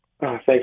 Thanks